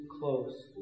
close